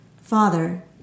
Father